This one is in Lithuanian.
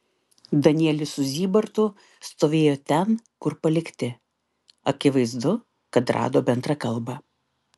danielis su zybartu stovėjo ten kur palikti akivaizdu kad rado bendrą kalbą